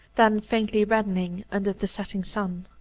then faintly reddening under the setting sun.